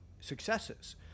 successes